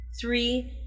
Three